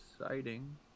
exciting